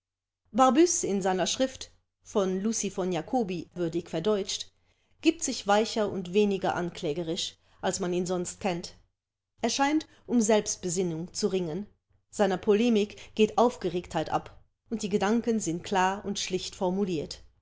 barbusse in seiner schrift von lucy von jacobi würdig verdeutscht gibt sich weicher und weniger anklägerisch als man ihn sonst kennt er scheint um selbstbesinnung zu ringen seiner polemik geht aufgeregtheit ab und die gedanken sind klar und schlicht formuliert